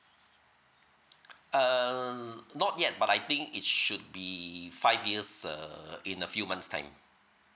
err not yet but I think it should be five years uh in a few months time